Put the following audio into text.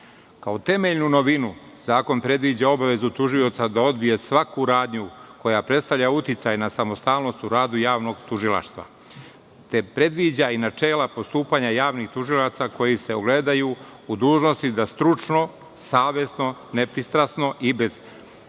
temeljnu novinu, zakon predviđa obavezu tužioca da odbije svaku radnju koja predstavlja uticaj na samostalnost u radu tužilaštva, te predviđa i načela postupanja javnih tužilaca koji se ogledaju u dužnosti da stručno, savesno, nepristrasno i bez potrebnog